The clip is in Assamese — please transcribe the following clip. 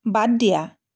বাদ দিয়া